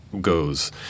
goes